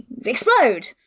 explode